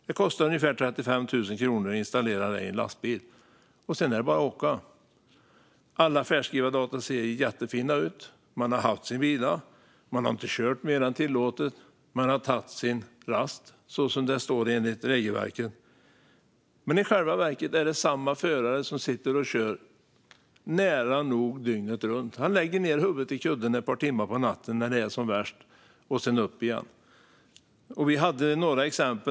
Det kostar ungefär 35 000 kronor att installera detta i en lastbil. Sedan är det bara att åka. Alla färdskrivardata ser jättefina ut. Man har haft sin vila. Man har inte kört mer än tillåtet. Man har tagit sin rast så som det står i regelverket. Men i själva verket är det samma förare som sitter och kör nära nog dygnet runt. Han lägger ned huvudet i kudden ett par timmar på natten när det är som värst - sedan är det upp igen.